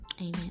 Amen